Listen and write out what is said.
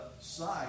side